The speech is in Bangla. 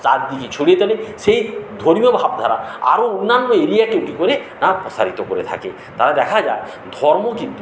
চারদিকে ছড়িয়ে তোলে সেই ধর্মীয় ভাবধারা আরো অন্যান্য এরিয়াকে কী করে না প্রসারিত করে থাকে তাহলে দেখা যায় ধর্ম কিন্তু